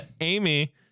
Amy